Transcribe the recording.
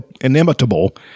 inimitable